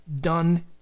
done